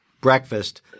breakfast